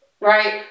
right